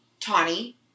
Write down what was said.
Tawny